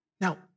Now